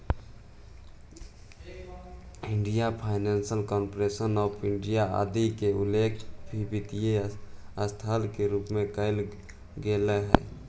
industrial finance corporation of India आदि के उल्लेख भी वित्तीय संस्था के रूप में कैल गेले हइ